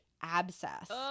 abscess